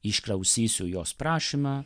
išklausysiu jos prašymą